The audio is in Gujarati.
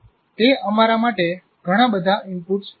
તે અમારા માટે ઘણા બધા ઇનપુટ્સ હશે